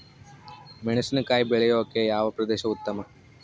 ಮೆಣಸಿನಕಾಯಿ ಬೆಳೆಯೊಕೆ ಯಾವ ಪ್ರದೇಶ ಉತ್ತಮ?